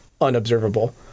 unobservable